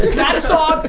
that song,